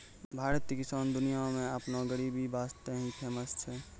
भारतीय किसान दुनिया मॅ आपनो गरीबी वास्तॅ ही फेमस छै